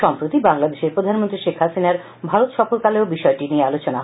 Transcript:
সম্প্রতি বাংলাদেশের প্রধানমন্ত্রী শেখ হাসিনার ভারত সফরকালেও বিষয়টি নিয়ে আলোচনা হয়